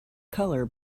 colour